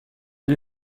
gli